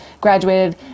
graduated